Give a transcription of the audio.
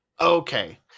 Okay